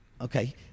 Okay